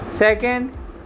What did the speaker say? Second